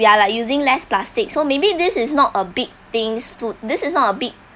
they're like using less plastic so maybe this is not a big things food this is not a big